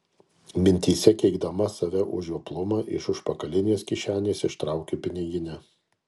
mintyse keikdama save už žioplumą iš užpakalinės kišenės ištraukiu piniginę